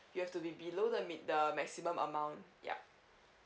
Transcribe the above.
you have to be below the meet the maximum amount yup